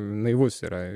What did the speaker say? naivus yra